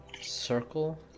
circle